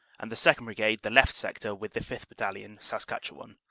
and the second. brigade the left sector with the fifth. battalion, saskatchewan.